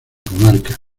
comarca